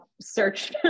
search